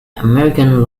american